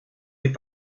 est